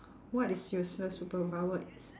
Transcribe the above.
what is useless superpower it's